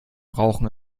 rauchen